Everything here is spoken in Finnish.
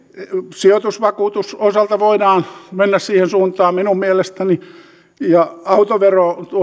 sijoitusvakuutusten osalta voidaan mennä siihen suuntaan minun mielestäni autoveron